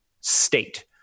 state